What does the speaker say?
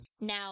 Now